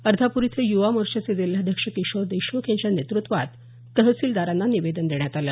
अर्धापूर इथं युवा मोर्चाचे जिल्हाध्यक्ष किशोर देशमुख यांच्या नेतृत्वात तहसीलदारांना निवेदन देण्यात आलं